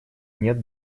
нет